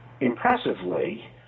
impressively